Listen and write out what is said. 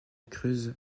cruz